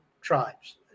tribes